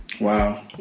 Wow